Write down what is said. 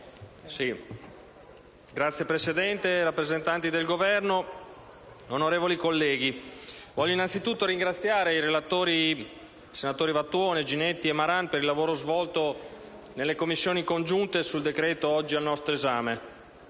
*(PD)*. Presidente, rappresentanti del Governo, onorevoli colleghi, voglio innanzitutto ringraziare i relatori, senatori Vattuone, Ginetti e Maran, per il lavoro svolto nelle Commissioni riunite sul decreto-legge oggi al nostro esame.